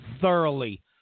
thoroughly